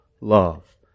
love